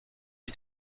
ich